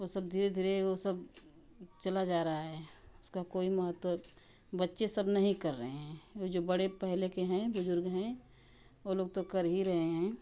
वह सब धीरे धीरे वह सब चला जा रहा है उसका कोई महत्व बच्चे सब नहीं कर रहे हैं जो बड़े पहले के हैं बुज़ुर्ग हैं वह लोग तो कर ही रहे हैं